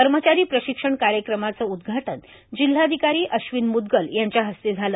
कर्मचारी प्रशिक्षण कार्यक्रमाचे उद्घाटन जिल्हाधिकारी अश्विन म्दगल यांच्या हस्ते झाले